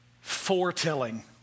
foretelling